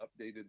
updated